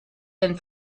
and